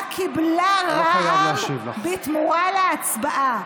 מה קיבלה רע"מ בתמורה להצבעה?